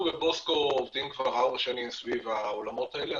אנחנו ב"בוסקו" עובדים כבר ארבע שנים סביב העולמות האלה.